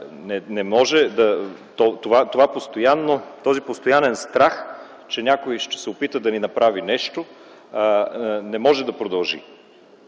Този постоянен страх, че някой ще се опита да ни направи нещо, не може да продължи,